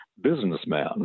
businessman